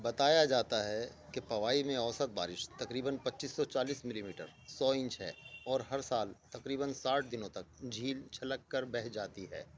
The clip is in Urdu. بتایا جاتا ہے کہ پوائی میں اوسط بارش تکریباً پچیس سو چالیس ملی میٹر سو انچ ہے اور ہر سال تقریباً ساٹھ دنوں تک جھیل چھلک کر بہہ جاتی ہے